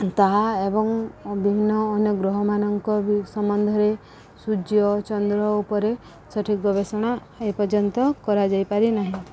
ତାହା ଏବଂ ବିଭିନ୍ନ ଅନ୍ୟ ଗ୍ରହମାନଙ୍କ ବି ସମ୍ବନ୍ଧରେ ସୂର୍ଯ୍ୟ ଚନ୍ଦ୍ର ଉପରେ ସଠିକ୍ ଗବେଷଣା ଏପର୍ଯ୍ୟନ୍ତ କରାଯାଇପାରି ନାହିଁ